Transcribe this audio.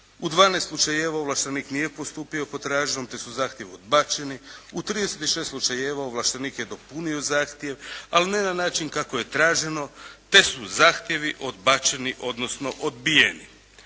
U 12 slučajeva ovlaštenik nije postupio po traženom, te su zahtjevi odbačeni. U 36 slučajeva ovlaštenik je dopunio zahtjev, ali ne na način kako je traženo, te su zahtjevi odbačeni, odnosno odbijeni.